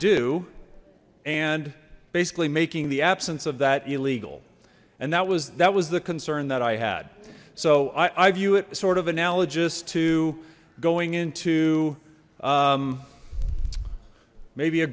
do and basically making the absence of that illegal and that was that was the concern that i had so i i view it sort of analogous to going into maybe a